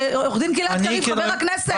חבר הכנסת גלעד קריב,